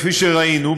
כפי שראינו,